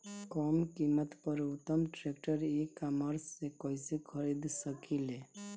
कम कीमत पर उत्तम ट्रैक्टर ई कॉमर्स से कइसे खरीद सकिले?